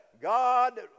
God